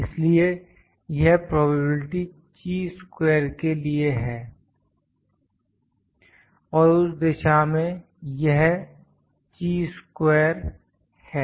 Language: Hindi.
इसलिए यह प्रोबेबिलिटी ची स्क्वेर के लिए है और उस दिशा में यह ची स्क्वेर है